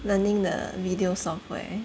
learning the video software